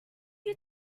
you